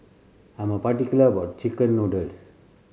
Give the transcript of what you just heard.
I am particular about chicken noodles